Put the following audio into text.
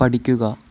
പഠിക്കുക